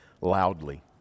loudly